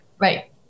Right